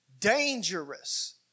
dangerous